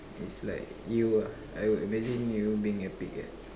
is like you ah I would imagine you being a pig ah